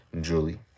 Julie